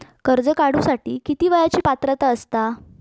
कर्ज काढूसाठी किती वयाची पात्रता असता?